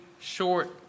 short